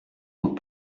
will